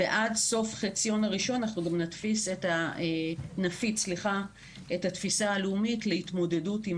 ועכשיו חוק ההסדרים מאפשר להמשיך לא לעמוד בהם